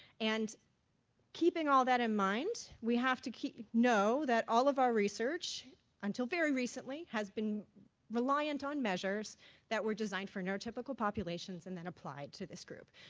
and keeping all that in mind, we have to know that all of our research until very recently has been reliant on measures that were designed for neurotypical populations and then applied to this group,